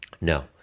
No